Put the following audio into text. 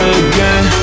again